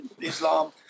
Islam